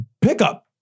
pickup